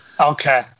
Okay